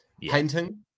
painting